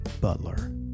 Butler